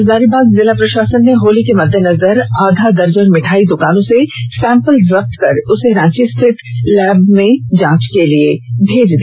हजारीबाग जिला प्रशासन ने होली के मद्देनजर आधा दर्जन मिठाई दुकानों से सेंपल जब्त कर उसे रांची स्थित लैंब जांच के लिए भेज दिया